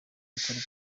gikorwa